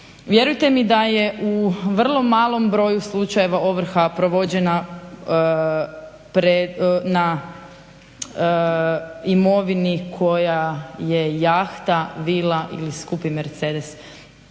Vjerujte mi da je u vrlo malom broju slučajeva ovrha provođena na imovini koja je jahta bila ili skupi Mercedes.